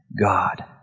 God